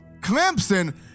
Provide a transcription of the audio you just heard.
Clemson